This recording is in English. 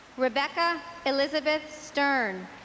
rebecca elisabeth stern